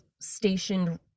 stationed